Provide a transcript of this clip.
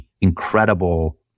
incredible